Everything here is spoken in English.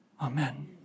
Amen